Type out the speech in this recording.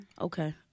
Okay